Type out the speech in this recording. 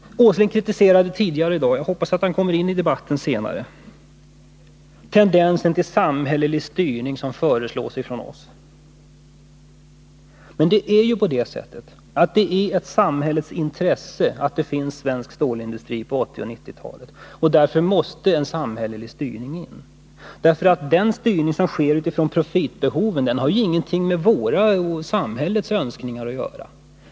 Nils Åsling kritiserade tidigare i dag — jag hopppas att han kommer in i debatten senare — tendensen till samhällelig styrning med tanke på vad vi föreslår. Men det är ett samhälleligt intresse att det finns en svensk stålindustri på 1980 och 1990-talen. Därför måste en samhällelig styrning in. Den styrning som sker med utgångspunkt från profitbehovet har ingenting med våra och samhällets önskningar att göra.